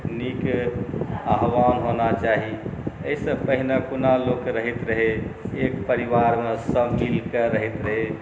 नीक आह्वान होना चाही एहिसँ पहिने कोना लोक रहैत रहै एक परिवारमे सब मिलकऽ रहैत रहै